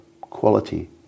quality